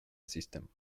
system